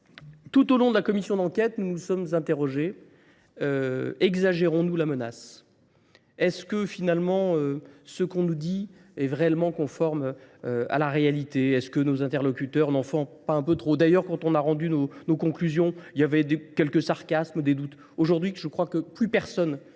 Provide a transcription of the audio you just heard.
Tout au long de la commission d'enquête, nous nous sommes interrogés. Exagérons-nous la menace ? Est-ce que finalement ce qu'on nous dit est vraiment conforme à la réalité ? Est-ce que nos interlocuteurs n'en font pas un peu trop ? D'ailleurs, quand on a rendu nos conclusions, il y avait quelques sarcasmes, des doutes. Aujourd'hui, je crois que plus personne dans ce